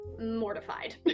mortified